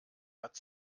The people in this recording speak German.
hat